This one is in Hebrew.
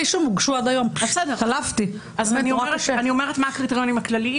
אישום הונחו עד היום אני אומרת מה הקריטריונים הכלליים,